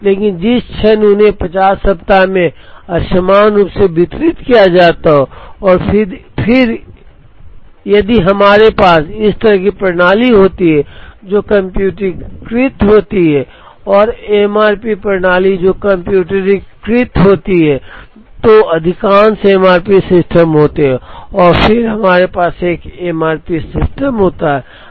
लेकिन जिस क्षण उन्हें 50 सप्ताह में असमान रूप से वितरित किया जाता है और फिर यदि हमारे पास इस तरह की प्रणाली होती है जो कम्प्यूटरीकृत होती है और एमआरपी प्रणाली जो कम्प्यूटरीकृत होती है तो अधिकांश एमआरपी सिस्टम होते हैं और फिर हमारे पास एक एमआरपी सिस्टम होता है